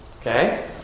Okay